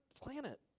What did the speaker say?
planet